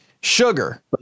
Sugar